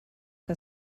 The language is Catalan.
que